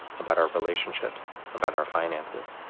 about our relationships, about our finances.